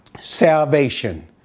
Salvation